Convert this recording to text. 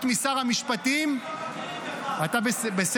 משר המשפטים ------ אנחנו גם לא מכירים בך.